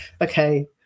okay